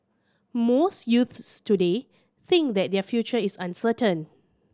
most youths today think that their future is uncertain